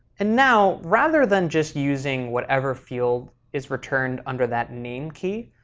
and now rather than just using whatever field is returned under that name key,